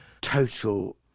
total